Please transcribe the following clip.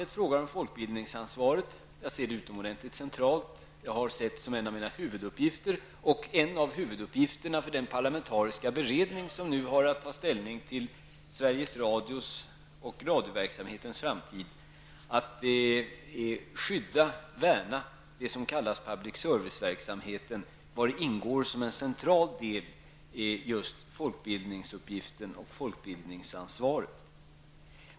Jag ser det som utomordentligt centralt. Jag har sett som en av mina huvuduppgifter och en av huvuduppgifterna för den parlamentariska beredning som nu har att ta ställning till Sveriges Radios och radioverksamhetens framtid att skydda och värna det som kallas public serviceverksamheten, vari folkbildningsuppgiften och folkbildningsansvaret ingår som en central del.